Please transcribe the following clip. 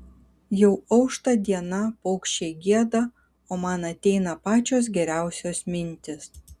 jau aušta diena paukščiai gieda o man ateina pačios geriausios mintys